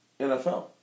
NFL